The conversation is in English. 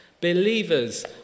Believers